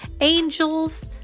angels